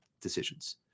decisions